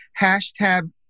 #hashtag